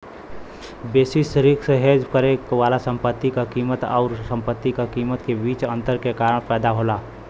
basis risk hedge करे वाला संपत्ति क कीमत आउर संपत्ति क कीमत के बीच अंतर के कारण पैदा होला